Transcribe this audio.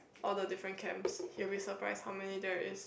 all the different chems you'll be surprise how many there is